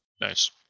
Nice